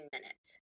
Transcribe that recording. minutes